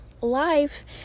life